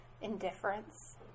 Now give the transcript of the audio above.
indifference